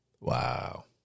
Wow